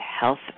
Health